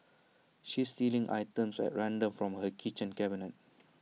she's stealing items at random from her kitchen cabinet